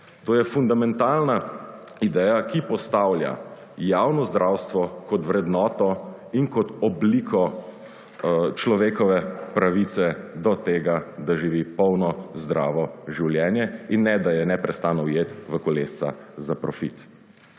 To je fundamentalna ideja, ki postavlja javno zdravstvo kot vrednoto in kot obliko človekove pravice do tega, da živi polno, zdravo življenje in ne da je neprestano ujet v kolesca za profit.